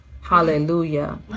Hallelujah